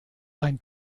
ein